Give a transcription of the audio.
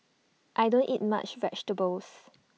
I don't eat much vegetables